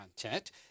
content